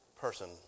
person